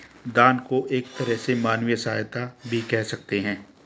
दान को एक तरह से मानवीय सहायता भी कह सकते हैं